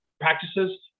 practices